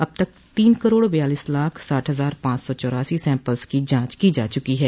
अब तक तीन करोड़ बयालीस लाख साठ हजार पांच सौ चौरासी सैम्पल्स की जांच की जा चुकी है